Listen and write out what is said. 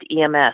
EMS